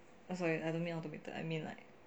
I'm sorry I don't mean automated I mean like